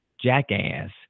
jackass